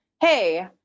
Hey